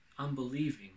unbelieving